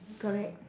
correct